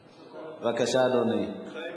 בבקשה, אדוני.